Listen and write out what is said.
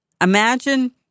Imagine